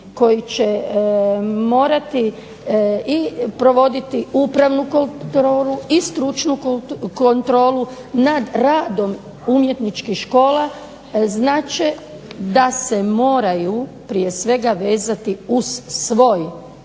koji će morati provoditi upravnu kontrolu i stručnu kontrolu nad radom umjetničkih škola, znat će da se moraju prije svega vezati uz svoj